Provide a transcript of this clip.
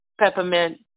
peppermint